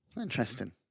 Interesting